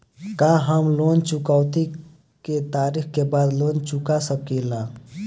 का हम लोन चुकौती के तारीख के बाद लोन चूका सकेला?